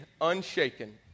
unshaken